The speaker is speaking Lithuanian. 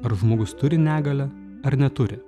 ar žmogus turi negalią ar neturi